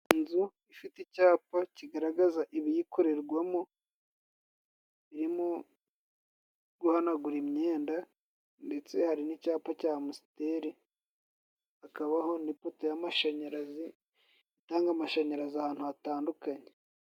Inzu ifite icyapa kigaragaza ibiyikorerwamo, irimo guhanagura imyenda, ndetse hari n'icyapa cya Amusiteri, hakabaho n'ipoto y'amashanyarazi itanga amashanyarazi ahantu hatandukanye.